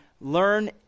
learn